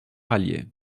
allier